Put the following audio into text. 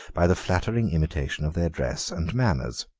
by the flattering imitation of their dress and manners.